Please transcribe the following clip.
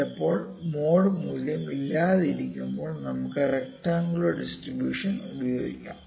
ചിലപ്പോൾ മോഡ് മൂല്യം ഇല്ലാതിരിക്കുമ്പോൾ നമുക്ക് റെക്ടറാങ്കുലർ ഡിസ്ട്രിബൂഷൻ ഉപയോഗിക്കാം